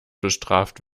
bestraft